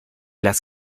las